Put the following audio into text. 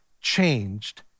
changed